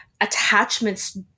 attachments